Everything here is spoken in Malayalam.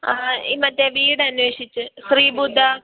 ആ ഈ മറ്റേ വീട് അന്വേഷിച്ച് ശ്രീബുദ്ധ